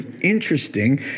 interesting